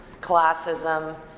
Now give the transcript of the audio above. classism